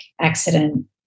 accident